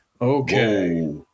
okay